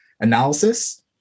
analysis